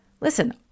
Listen